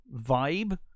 vibe